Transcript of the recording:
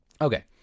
Okay